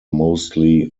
mostly